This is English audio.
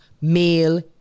male